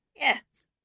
Yes